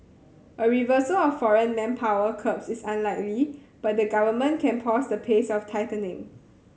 a reversal of foreign manpower curbs is unlikely but the Government can pause the pace of tightening